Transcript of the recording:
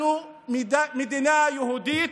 אנחנו מדינה יהודית,